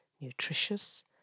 nutritious